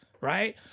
right